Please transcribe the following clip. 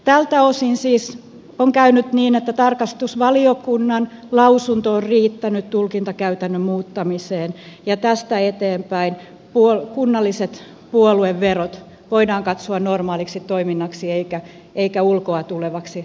tältä osin siis on käynyt niin että tarkastusvaliokunnan lausunto on riittänyt tulkintakäytännön muuttamiseen ja tästä eteenpäin kunnalliset puolueverot voidaan katsoa normaaliksi toiminnaksi eikä ulkoa tulevaksi lahjoitukseksi